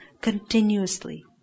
continuously